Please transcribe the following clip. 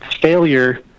failure